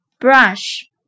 Brush